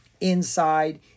Inside